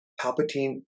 Palpatine